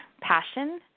passion